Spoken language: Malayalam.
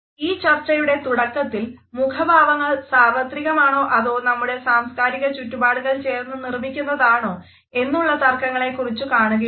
ഈ ചർച്ചയുടെ തുടക്കത്തിൽ മുഖഭാവങ്ങൾ സാർവത്രികമാണോ അതോ നമ്മുടെ സാംസ്കാരിക ചുറ്റുപാടുകൾ ചേർന്ന് നിര്മിക്കുന്നതാണോ എന്നുള്ള തർക്കങ്ങളെക്കുറിച്ചു കാണുകയുണ്ടായി